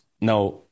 now